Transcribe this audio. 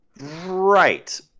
Right